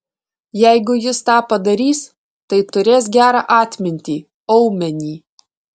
jeigu jis tą padarys tai turės gerą atmintį aumenį